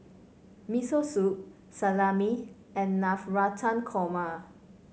Miso Soup Salami and Navratan Korma